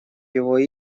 его